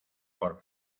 por